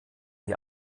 die